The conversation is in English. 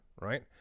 right